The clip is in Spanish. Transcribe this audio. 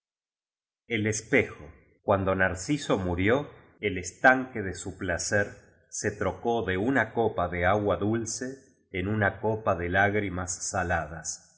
el espejo cuando narciso murió el estanque de su placer se trocó de una copa de agua dulce en una copa de lágrimas saladas